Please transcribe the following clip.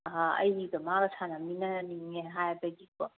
ꯑꯩꯒ ꯃꯥꯒ ꯁꯥꯟꯅꯃꯤꯅꯅꯤꯡꯉꯤ ꯍꯥꯏꯕꯒꯤꯀꯣ